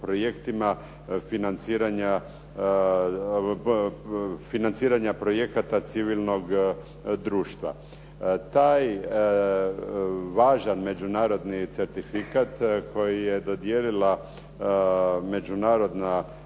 projektima financiranja projekata civilnog društva. Taj važan međunarodni certifikat koji je dodijelila međunarodna